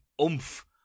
oomph